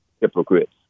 hypocrites